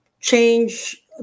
change